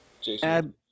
Jason